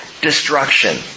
destruction